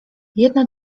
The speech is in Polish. jedna